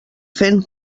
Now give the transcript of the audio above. fent